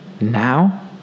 now